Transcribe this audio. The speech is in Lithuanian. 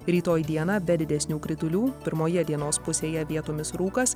rytoj dieną be didesnių kritulių pirmoje dienos pusėje vietomis rūkas